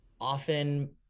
often